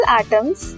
atoms